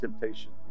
temptation